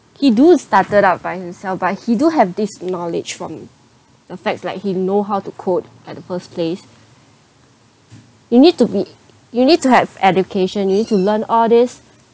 he do started out by himself but he do have this knowledge from the facts like he know how to code at the first place you need to be you need to have education you need to learn all these